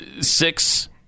six